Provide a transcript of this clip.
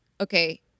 Okay